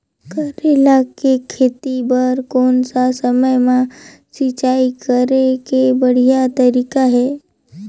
करेला के खेती बार कोन सा समय मां सिंचाई करे के बढ़िया तारीक हे?